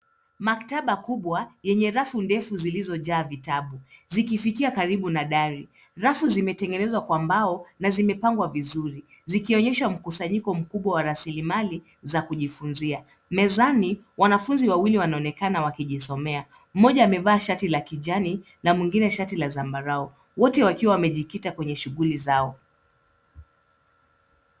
Maktaba kubwa yenye rafu ndefu zilizojaa vitabu zikifikia karibu na dari. Rafu zimetengenezwa kwa mbao na zimepangwa vizuri zikionyesha mkusanyiko mkubwa wa rasilimali za kujifunzia. Mezani, wanafunzi wawili wanaonekana wakijisomea. Mmoja amevaa shati la kijani na mwengine shati la zambarau, wote wakiwa wamejikita kwenye shughuli zao.